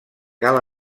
cal